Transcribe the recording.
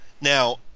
Now